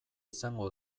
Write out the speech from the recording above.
izango